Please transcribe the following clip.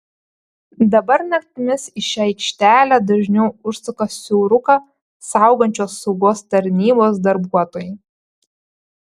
dabar naktimis į šią aikštelę dažniau užsuka siauruką saugančios saugos tarnybos darbuotojai